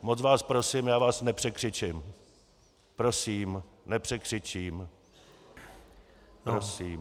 Moc vás prosím, já vás nepřekřičím, prosím, nepřekřičím, prosím...